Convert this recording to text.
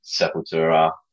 Sepultura